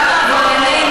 גם עברייני מין,